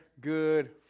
good